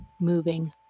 moving